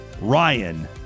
Ryan